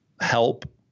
Help